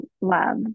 love